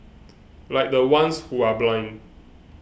like the ones who are blind